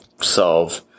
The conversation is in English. solve